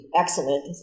excellent